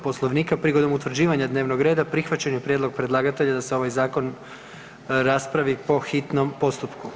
Poslovnika prigodom utvrđivanja dnevnog reda prihvaćen je prijedlog predlagatelja da se ovaj zakon raspravi po hitnom postupku.